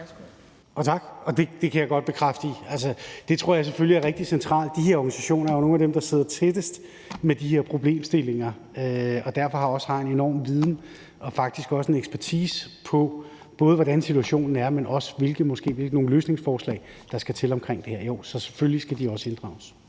Tak. Det kan jeg godt bekræfte. Altså, det tror jeg selvfølgelig er rigtig centralt. De her organisationer er jo nogle af dem, der sidder tættest på de her problemstillinger og derfor også har en enorm viden og faktisk også en ekspertise, både med hensyn til hvordan situationen er, men måske også hvilke løsningsforslag der skal til i forbindelse med det her. Så jo, selvfølgelig skal de også inddrages.